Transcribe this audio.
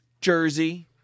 Jersey